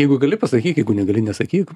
jeigu gali pasakyk jeigu negali nesakyk